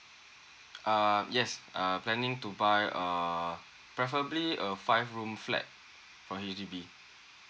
uh yes err planning to buy uh preferably a five room flat from H_D_B